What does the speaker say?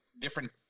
different